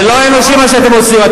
זה לא אנושי מה שאתם עושים.